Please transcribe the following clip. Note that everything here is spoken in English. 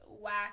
whack